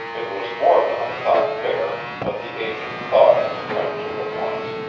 it was more than i thought fair, but the agent thawed into friendship at once,